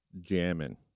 jamming